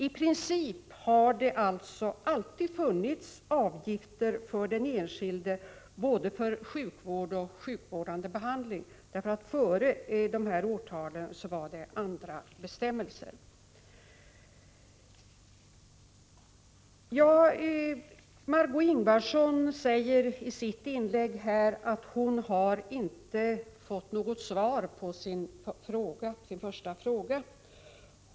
I princip har det alltså alltid funnits avgifter för den enskilde för både sjukvård och sjukvårdande behandling — före de här årtalen gällde nämligen andra bestämmelser. Margö Ingvardsson säger i sitt inlägg att hon inte har fått svar på sin första fråga.